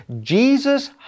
Jesus